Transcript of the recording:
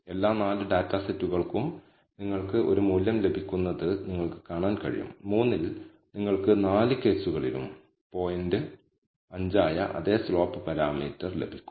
അതിനാൽ least square മെത്തേഡിലും നമുക്ക് ഒരു മോശം ഡാറ്റാ പോയിന്റുണ്ടെങ്കിൽ അത് ഗുണകങ്ങളുടെ വളരെ മോശമായ വിലയിരുത്തലിന് കാരണമാകും